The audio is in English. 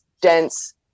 dense